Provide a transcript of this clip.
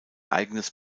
eigenes